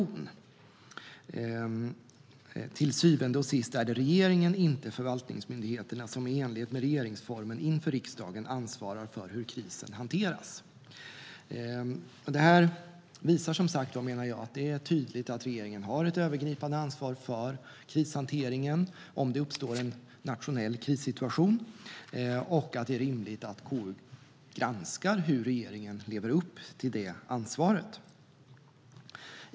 Slutligen anför utskottet: "Till syvende och sist är det regeringen - inte förvaltningsmyndigheterna - som i enlighet med RF inför riksdagen ansvarar för hur krisen hanteras." Jag menar att detta visar att det är tydligt att regeringen har ett övergripande ansvar för krishanteringen om det uppstår en nationell krissituation och att det är rimligt att KU granskar hur regeringen lever upp till det ansvaret.